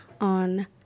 on